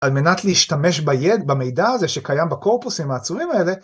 על מנת להשתמש ביד, במידע הזה שקיים בקורפוסים העצומים האלה.